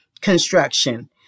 construction